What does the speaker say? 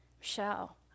Michelle